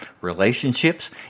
relationships